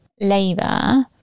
Labour